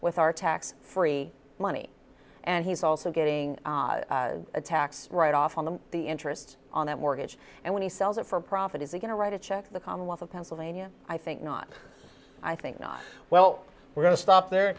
with our tax free money and he's also getting a tax write off on the the interest on that mortgage and when he sells it for profit is he going to write a check the commonwealth of pennsylvania i think not i think not well we're going to stop there